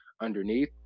underneath